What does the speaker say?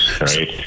right